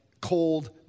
cold